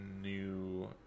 new